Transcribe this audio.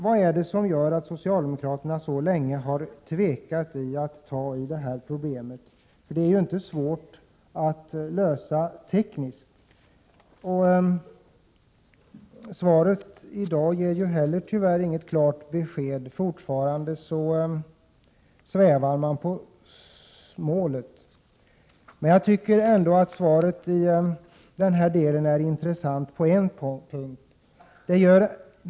Vad är det som gör att socialdemokraterna så länge har tvekat att ta i det här problemet? Det är ju inte svårt att lösa tekniskt. Svaret i dag ger tyvärr inte heller något klart besked. Fortfarande svävar man på målet. Jag tycker ändå att svaret är intressant på en punkt.